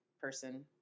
person